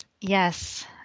Yes